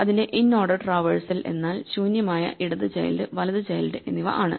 അതിന്റെ in order traversal എന്നാൽ ശൂന്യമായ ഇടത് ചൈൽഡ് വലതു ചൈൽഡ് എന്നിവ ആണ്